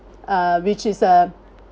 uh which is uh